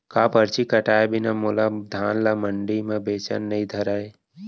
का परची कटाय बिना मोला धान ल मंडी म बेचन नई धरय?